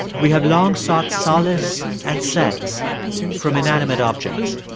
we have long sought solace and sex from inanimate objects